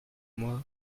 moi